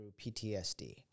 PTSD